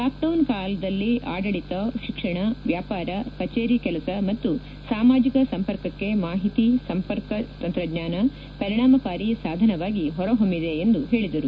lockdown ಕಾಲದಲ್ಲಿ ಆಡಳಿತ ಶಿಕ್ಷಣ ವ್ಯಾಪಾರ ಕಚೇರಿ ಕೆಲಸ ಮತ್ತು ಸಾಮಾಜಕ ಸಂಪರ್ಕಕ್ಕೆ ಮಾಹಿತಿ ಸಂಪರ್ಕ ತಂತ್ರಜ್ಞಾನ ಪರಿಣಾಮಕಾರಿ ಸಾಧನವಾಗಿ ಹೊರಹೊಮ್ನಿದೆ ಎಂದು ಹೇಳದರು